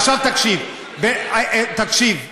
עכשיו, תקשיב, דודו.